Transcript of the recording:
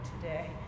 today